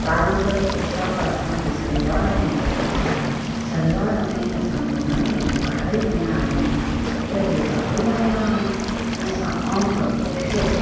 पारंपरिक पोशाक असांजी सलवार ऐं कुर्तो आहे सलवार में असां बुनाई ऐं कढ़ाई कंदा आहियूं सुट जो धाॻो खणंदा आहियूं उनसां औंक क्रोशो